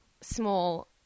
small